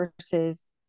versus